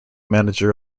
manager